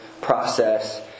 process